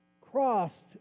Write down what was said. crossed